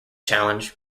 challenge